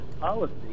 policy